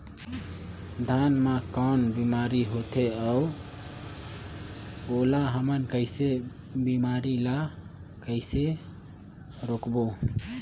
धान मा कौन बीमारी होथे अउ ओला हमन कइसे बीमारी ला कइसे रोकबो?